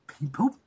People